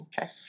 Okay